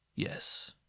Yes